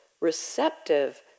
receptive